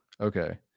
Okay